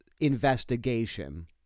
investigation